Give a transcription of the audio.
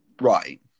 Right